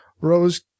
Rose